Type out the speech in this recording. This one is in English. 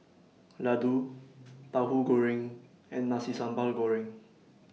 Laddu Tahu Goreng and Nasi Sambal Goreng